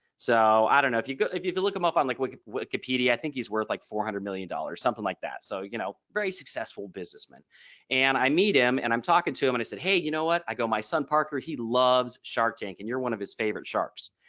so i don't know if you if you if you look them up on like like wikipedia i think he's worth like four hundred million dollars something like that so you know very successful businessman and i meet him and i'm talking to him and i said hey you know what i go my son parker he loves shark tank and you're one of his favorite sharks.